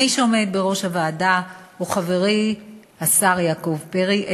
מי שעומד בראש הוועדה הוא חברי השר יעקב פרי.